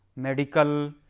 medical,